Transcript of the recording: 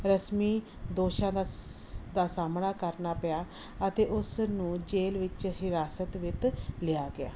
ਰਸਮੀ ਦੋਸ਼ਾਂ ਦਾ ਸ ਦਾ ਸਾਹਮਣਾ ਕਰਨਾ ਪਿਆ ਅਤੇ ਉਸ ਨੂੰ ਜੇਲ੍ਹ ਵਿੱਚ ਹਿਰਾਸਤ ਵਿੱਚ ਲਿਆ ਗਿਆ